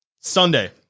Sunday